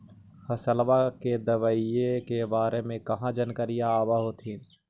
फसलबा के दबायें के बारे मे कहा जानकारीया आब होतीन?